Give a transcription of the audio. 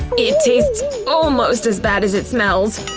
it tastes almost as bad as it smells.